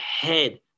head